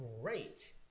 great